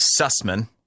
Sussman